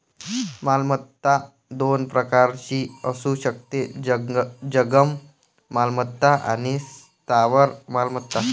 मालमत्ता दोन प्रकारची असू शकते, जंगम मालमत्ता आणि स्थावर मालमत्ता